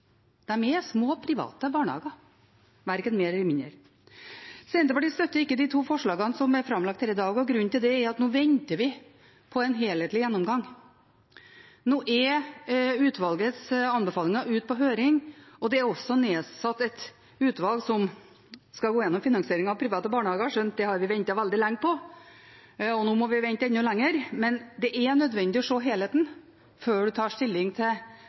er små private barnehager, verken mer eller mindre. Senterpartiet støtter ikke de to forslagene som er framlagt her i dag, og grunnen til det er at vi nå venter på en helhetlig gjennomgang. Nå er utvalgets anbefalinger ute på høring, og det er også nedsatt et utvalg som skal gå gjennom finansieringen av private barnehager – skjønt det har vi ventet veldig lenge på, og nå må vi vente enda lenger. Men det er nødvendig å se helheten før man tar stilling til